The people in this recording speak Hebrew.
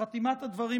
בחתימת הדברים,